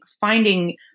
finding